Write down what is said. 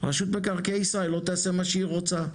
רשות מקרקעי ישראל לא תעשה מה שהיא רוצה.